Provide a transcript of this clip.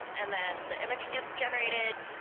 and then the image gets generated,